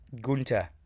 Gunter